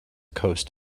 coast